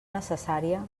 necessària